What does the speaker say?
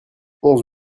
onze